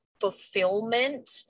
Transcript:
fulfillment